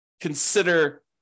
consider